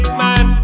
man